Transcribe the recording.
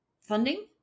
funding